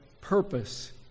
purpose